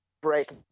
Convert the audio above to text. break